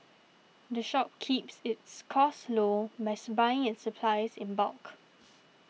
the shop keeps its costs low by buying its supplies in bulk